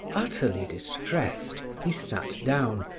utterly distressed, he sat down,